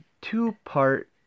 Two-part